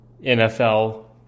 NFL